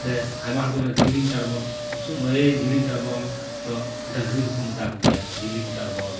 ᱥᱮ ᱟᱭᱢᱟ ᱦᱚᱲ ᱠᱚ ᱢᱮᱱᱟ ᱡᱤᱞᱤᱝ ᱪᱟᱬᱵᱚᱞ ᱵᱩᱥᱩ ᱟᱹᱭ ᱡᱮᱞᱮᱧ ᱪᱟᱬᱵᱚᱞ ᱫᱚ ᱰᱟᱹᱝᱨᱤ ᱦᱚᱸᱠᱚ ᱢᱮᱛᱟ ᱠᱚᱜᱮᱭᱟ ᱡᱮᱞᱮᱧ ᱪᱟᱬᱵᱚᱞ